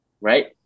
right